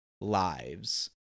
lives